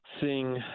seeing